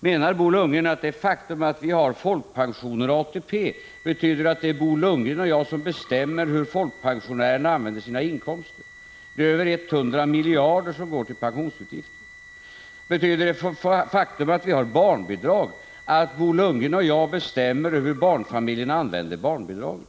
Menar Bo Lundgren att det faktum att vi har folkpensioner och ATP betyder att Bo Lundgren och jag bestämmer över hur folkpensionärerna använder sina inkomster? Det är över 100 miljarder som går till pensionsutgifter. Betyder det faktum att vi har barnbidrag att Bo Lundgren och jag bestämmer över hur barnfamiljerna använder barnbidragen?